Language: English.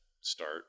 start